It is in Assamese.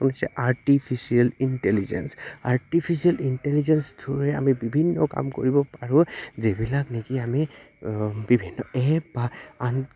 ন হৈছে আৰ্টিফিচিয়েল ইণ্টেলিজেঞ্চ আৰ্টিফিচিয়েল ইণ্টেলিজেঞ্চ থ্ৰুৰে আমি বিভিন্ন কাম কৰিব পাৰোঁ যিবিলাক নেকি আমি বিভিন্ন এপ বা আন